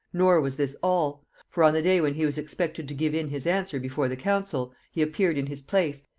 nor was this all for on the day when he was expected to give in his answer before the council, he appeared in his place,